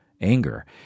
anger